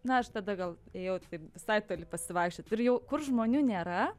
na aš tada gal ėjau taip visai toli pasivaikščiot ir jau kur žmonių nėra